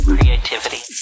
Creativity